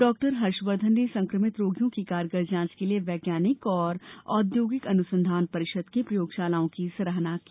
doctor Harshvardhan ने संक्रमित रोगियों की कारगर जांच के लिए वैज्ञानिक और औद्योगिक अनुसंधान परिषद की प्रयोगशालाओं की सराहना की